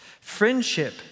Friendship